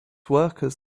workers